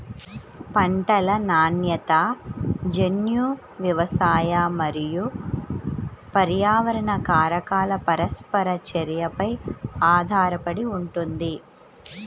పంటల నాణ్యత జన్యు, వ్యవసాయ మరియు పర్యావరణ కారకాల పరస్పర చర్యపై ఆధారపడి ఉంటుంది